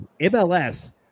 MLS